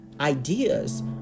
ideas